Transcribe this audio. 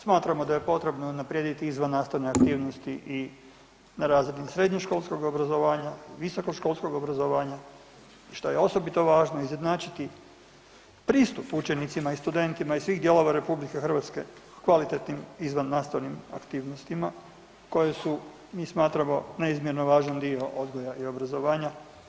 Smatramo da je potrebno unaprijediti izvan nastavne aktivnosti i na razini srednjoškolskog obrazovanja, visokoškolskog obrazovanja i što je osobito važno izjednačiti pristup učenicima i studentima iz svih dijelova RH kvalitetnim izvan nastavnim aktivnostima koje su, mi smatramo, neizmjerno važan dio odgoja i obrazovanja.